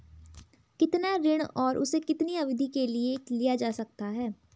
कितना ऋण और उसे कितनी अवधि के लिए लिया जा सकता है?